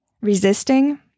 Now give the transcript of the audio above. resisting